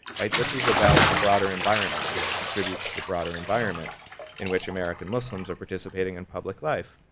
this is about the broader environment and what contributes to the broader environment in which american muslims are participating in public life.